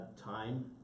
time